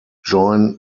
join